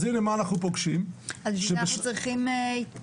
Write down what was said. אז הנה מה אנחנו פוגשים --- אז אם ככה צריכים התפלגות.